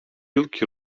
yılki